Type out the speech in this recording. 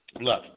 look